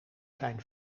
zijn